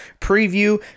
preview